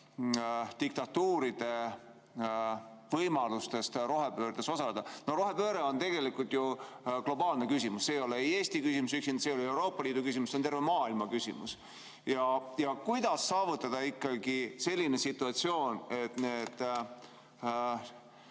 diktatuuride võimalusest rohepöördes osaleda. Rohepööre on tegelikult ju globaalne küsimus, see ei ole ainuüksi Eesti küsimus, see ei ole Euroopa Liidu küsimus, see on terve maailma küsimus. Kuidas saavutada ikkagi selline situatsioon, et